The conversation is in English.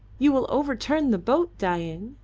you will overturn the boat, dain,